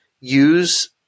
use